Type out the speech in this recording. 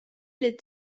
les